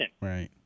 Right